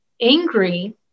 angry